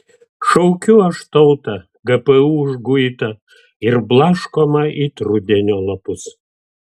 šaukiu aš tautą gpu užguitą ir blaškomą it rudenio lapus